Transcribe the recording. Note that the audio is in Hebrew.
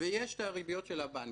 ויש הריביות של הבנקים,